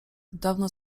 dawno